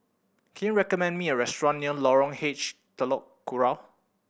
can you recommend me a restaurant near Lorong H Telok Kurau